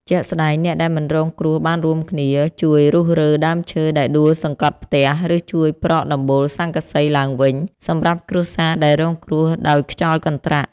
ជាក់ស្តែង អ្នកដែលមិនរងគ្រោះបានរួមគ្នាជួយរុះរើដើមឈើដែលដួលសង្កត់ផ្ទះ ឬជួយប្រក់ដំបូលស័ង្កសីឡើងវិញ សម្រាប់គ្រួសារដែលរងគ្រោះដោយខ្យល់កន្ត្រាក់។